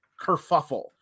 kerfuffle